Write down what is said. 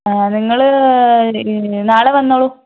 നിങ്ങള് ഒരു നാളെ വന്നോളൂ